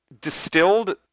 Distilled